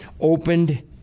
opened